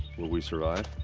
will we survive?